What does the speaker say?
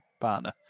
banner